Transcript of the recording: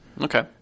Okay